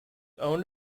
owned